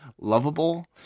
lovable